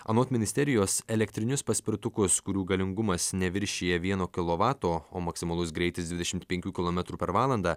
anot ministerijos elektrinius paspirtukus kurių galingumas neviršija vieno kilovato o maksimalus greitis dvidešimt penkių kilometrų per valandą